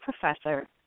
professor